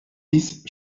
dix